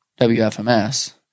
WFMS